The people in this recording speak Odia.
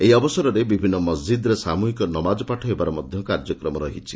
ଏହି ଅବସରରେ ବିଭିନ୍ ମସ୍ଜିଦ୍ରେ ସାମ୍ହିକ ନମାଜ ପାଠ ହେବାର କାର୍ଯ୍ୟକ୍ରମ ରହିଛି